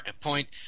point